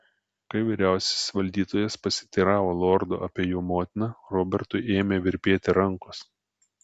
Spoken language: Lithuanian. kai vyriausiasis valdytojas pasiteiravo lordo apie jo motiną robertui ėmė virpėti rankos